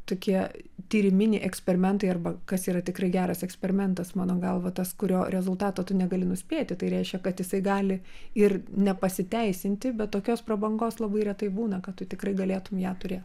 tokie tyriminiai eksperimentai arba kas yra tikrai geras eksperimentas mano galva tas kurio rezultato tu negali nuspėti tai reiškia kad jisai gali ir nepasiteisinti bet tokios prabangos labai retai būna kad tu tikrai galėtum ją turėt